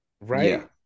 Right